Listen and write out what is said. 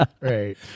Right